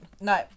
no